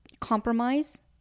compromise